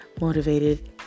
motivated